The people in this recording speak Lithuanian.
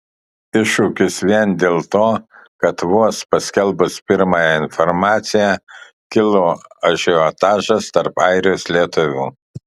iššūkis vien dėl to kad vos paskelbus pirmąją informaciją kilo ažiotažas tarp airijos lietuvių